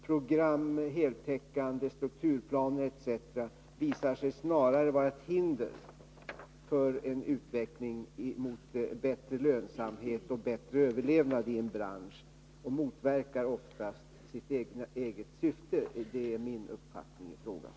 Program, heltäckande strukturplaner etc. visar sig snarare vara ett hinder för en utveckling mot bättre lönsamhet och bättre överlevnad i en bransch och motverkar ofta sitt eget syfte. Det är min uppfattning i frågan.